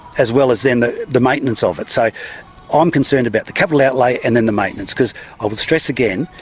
as well as then the the maintenance of it. so i'm um concerned about the capital outlay and then the maintenance, because i would stress again,